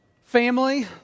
family